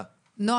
נועה,